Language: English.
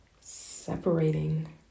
separating